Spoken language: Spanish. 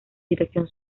dirección